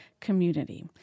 community